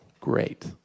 Great